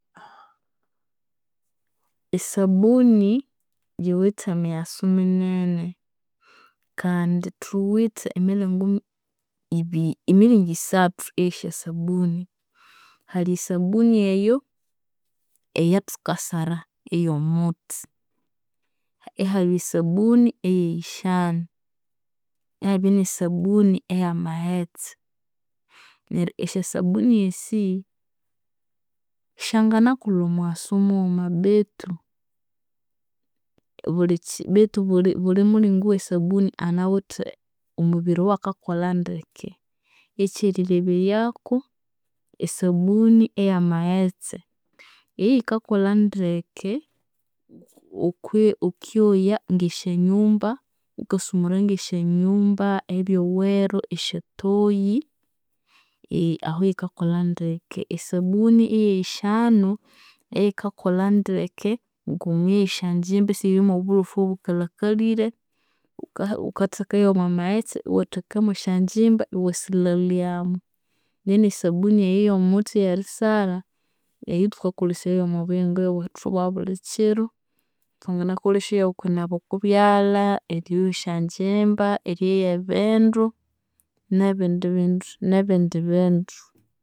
Esabuni yuwithe mighasu minene kandi thuwithe emiringo ibi- emiringi isathu esya eyesabuni. Hali esabuni eyo eyathukasara eyomuthi, ihabya esabuni eyeyishanu, ihabya nesabuni eyamaghetse. Neryo esyasabuni esi, syanginakolha omughasu mughuma betu betu buli mulingo owesabuni anawithe omubiri owakakolha ndeke. Ekyerileberyaku, esabuni eyamaghetse, iyo yikakolha ndeke, okwo ngokwoya esyanyumba, ghukasumura ngesyanyumba ebyogheru, esyatoyi ahu yikakolha ndeke. Esabunu eyeyishanu, eyu yikakolha ndeke ngomwoya esyanjimba esirimwobulofu obukalhakalire, ghu- ghukathekayu omwamaghetse, iwathekamu esyanjimba iwasilhalyamu. Then esabuni eyo eyomuthi eyirisara, eyu thukakolesayayu omwabuyingo bwethu obwabulikyiro. Thwanginakolesyayu okwinaba okwabyalha, eryoya esyanjimba, eryoya ebindu, nebindi bindi nebindi bindu.